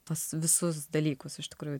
tuos visus dalykus iš tikrųjų